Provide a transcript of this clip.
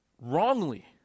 wrongly